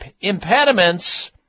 impediments